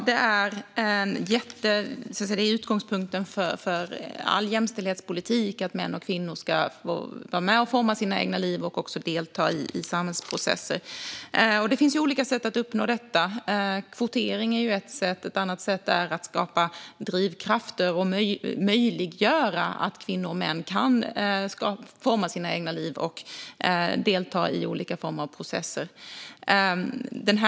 Herr talman! Utgångspunkten för all jämställdhetspolitik är att män och kvinnor ska vara med och forma sina egna liv och delta i samhällsprocesser. Det finns olika sätt att uppnå detta. Kvotering är ett sätt. Ett annat sätt är att skapa drivkrafter och möjliggöra för kvinnor och män att forma sina egna liv och delta i olika former av processer.